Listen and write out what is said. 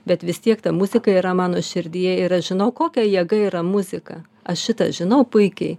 bet vis tiek ta muzika yra mano širdyje ir aš žinau kokia jėga yra muzika aš šitą žinau puikiai